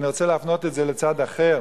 אני רוצה להפנות את זה לצד אחר.